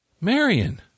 Marion